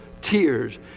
Tears